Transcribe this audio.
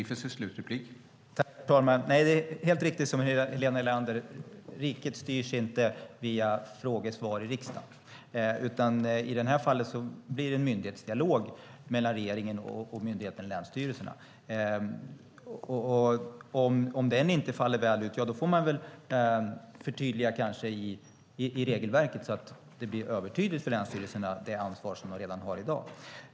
Herr talman! Det är helt riktigt som Helena Leander säger att riket inte styrs via frågor och svar i riksdagen, utan i det här fallet blir det en myndighetsdialog mellan regeringen och länsstyrelserna. Om den inte faller väl ut får man kanske förtydliga i regelverket så att det ansvar som länsstyrelserna redan har i dag blir övertydligt för dem.